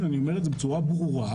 אומר את זה בצורה ברורה,